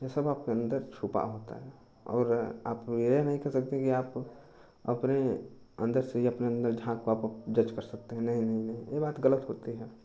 यह सब आपके अन्दर छुपा होता है और आप यह नहीं कह सकते कि आप अपने अन्दर झाँककर आप जज कर सकते हैं नहीं नहीं यह बात गलत होती है